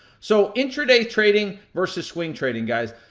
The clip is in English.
so, intraday trading versus swing trading guys.